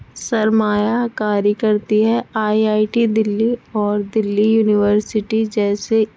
سرمایہ کاری کرتی ہے آئی آئی ٹی دہلی اور دہلی یونیورسٹی جیسے